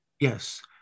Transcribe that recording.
Yes